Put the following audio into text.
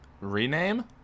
Rename